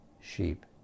sheep